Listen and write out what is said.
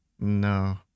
No